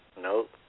Nope